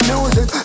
Music